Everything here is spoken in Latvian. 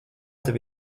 tev